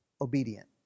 obedient